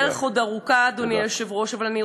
הדרך עוד ארוכה, אדוני היושב-ראש, אבל, תודה.